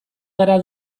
gara